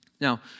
Now